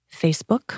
Facebook